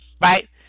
right